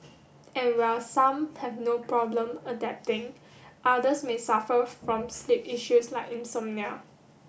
and while some have no problem adapting others may suffer from sleep issues like insomnia